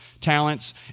talents